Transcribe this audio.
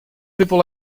people